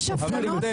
יש הפגנות.